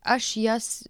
aš jas